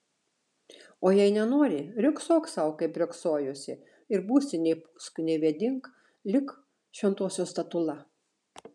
o jei nenori riogsok sau kaip riogsojusi ir būsi nei pūsk nei vėdink lyg šventosios statula